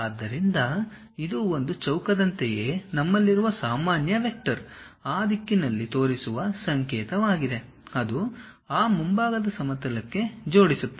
ಆದ್ದರಿಂದ ಇದು ಒಂದು ಚೌಕದಂತೆಯೇ ನಮ್ಮಲ್ಲಿರುವ ಸಾಮಾನ್ಯ ವೆಕ್ಟರ್ ಆ ದಿಕ್ಕಿನಲ್ಲಿ ತೋರಿಸುವ ಸಂಕೇತವಾಗಿದೆ ಅದು ಆ ಮುಂಭಾಗದ ಸಮತಲಕ್ಕೆ ಜೋಡಿಸುತ್ತದೆ